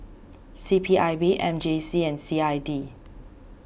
C P I B M J C and C I D